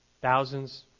Thousands